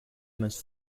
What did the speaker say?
most